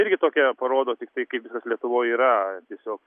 irgi tokia parodo tiktai kaip lietuvoj yra tiesiog